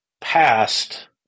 past